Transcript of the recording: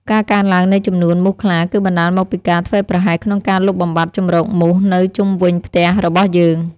ការកើនឡើងនៃចំនួនមូសខ្លាគឺបណ្តាលមកពីការធ្វេសប្រហែសក្នុងការលុបបំបាត់ជម្រកមូសនៅជុំវិញផ្ទះរបស់យើង។